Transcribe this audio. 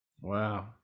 Wow